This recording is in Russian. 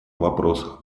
вопросах